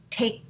take